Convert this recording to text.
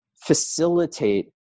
facilitate